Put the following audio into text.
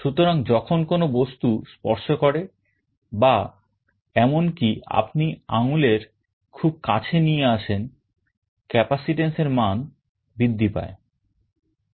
সুতরাং যখন কোন বস্তু স্পর্শ করে বা এমনকি আপনি আঙুল এর খুব কাছে নিয়ে আসেন capacitance এর মান বৃদ্ধি পায়